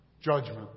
Judgment